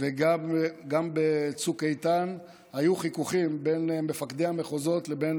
וגם בצוק איתן היו חיכוכים בין מפקדי המחוזות לבין